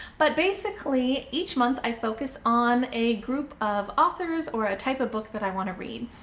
but basically each month i focus on a group of authors or a type of book that i want to read,